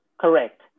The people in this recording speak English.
Correct